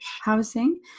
housing